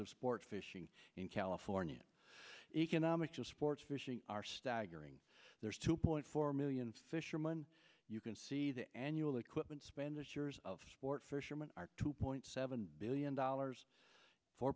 of sport fishing in california economics of sports fishing are staggering there's two point four million fisherman you can see the annual equipment spend this year's sport fisherman are two point seven billion dollars four